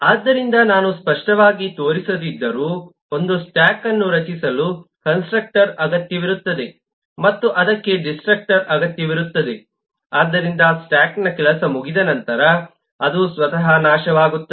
ಆದ್ದರಿಂದ ನಾನು ಸ್ಪಷ್ಟವಾಗಿ ತೋರಿಸದಿದ್ದರೂ ಒಂದು ಸ್ಟ್ಯಾಕ್ ಅನ್ನು ರಚಿಸಲು ಕನ್ಸ್ಟ್ರಕ್ಟರ್ ಅಗತ್ಯವಿರುತ್ತದೆ ಮತ್ತು ಅದಕ್ಕೆ ಡಿಸ್ಟ್ರಕ್ಟರ್ ಅಗತ್ಯವಿರುತ್ತದೆ ಆದ್ದರಿಂದ ಸ್ಟ್ಯಾಕ್ನ ಕೆಲಸ ಮುಗಿದ ನಂತರ ಅದು ಸ್ವತಃ ನಾಶವಾಗುತ್ತದೆ